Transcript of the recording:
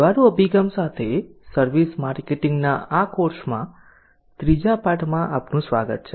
વ્યવહારુ અભિગમ સાથે સર્વિસ માર્કેટિંગ ના આ કોર્સના 3જા પાઠમાં આપનું સ્વાગત છે